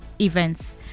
events